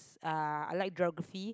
uh I like Geography